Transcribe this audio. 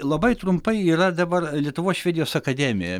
labai trumpai yra dabar lietuvos švedijos akademija